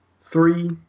three